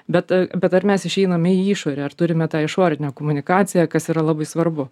bet bet ar mes išeiname į išorę ar turime tą išorinę komunikaciją kas yra labai svarbu